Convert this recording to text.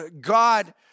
God